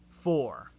four